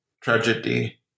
tragedy